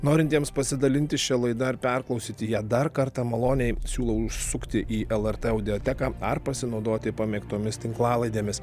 norintiems pasidalinti šia laida ar perklausyti ją dar kartą maloniai siūlau užsukti į lrt audioteką ar pasinaudoti pamėgtomis tinklalaidėmis